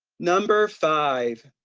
number five,